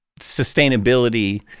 sustainability